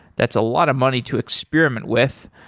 that's a lot of money to experiment with.